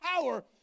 power